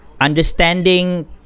understanding